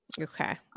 Okay